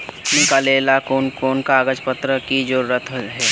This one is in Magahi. निकाले ला कोन कोन कागज पत्र की जरूरत है?